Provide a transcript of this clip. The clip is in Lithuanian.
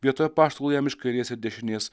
vietoj apaštalų jam iš kairės ir dešinės